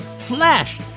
slash